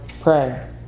pray